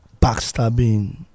backstabbing